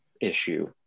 issue